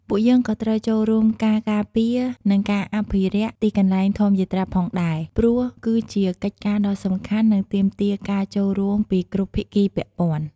ពួកយើងក៏ត្រូវចូលរួមការការពារ និងការអភិរក្សទីកន្លែងធម្មយាត្រាផងដែរព្រោះ គឺជាកិច្ចការដ៏សំខាន់ និងទាមទារការចូលរួមពីគ្រប់ភាគីពាក់ព័ន្ធ៖